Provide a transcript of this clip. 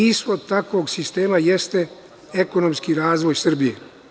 Ishod takvog sistema jeste ekonomski razvoj Srbije.